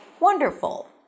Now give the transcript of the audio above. wonderful